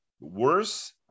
Worse